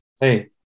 Hey